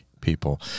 people